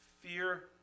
Fear